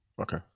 Okay